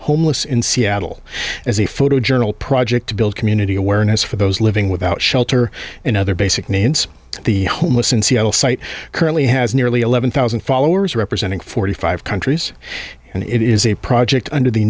homeless in seattle as a photo journal project to build community awareness for those living without shelter in other basic needs the site currently has nearly eleven thousand followers representing forty five countries and it is a project under the